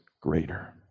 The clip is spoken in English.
greater